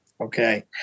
Okay